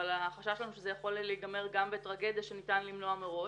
אבל החשש שלנו שזה יכול להיגמר גם בטרגדיה שניתן למנוע מראש,